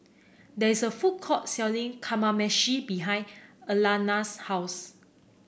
there's a food court selling Kamameshi behind Alayna's house